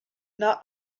not